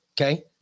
Okay